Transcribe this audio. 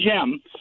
gem